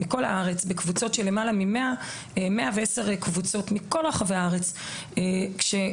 למעלה מ-110 קבוצות מכל רחבי הארץ,